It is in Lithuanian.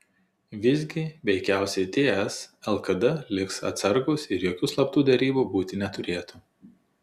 visgi veikiausiai ts lkd liks atsargūs ir jokių slaptų derybų būti neturėtų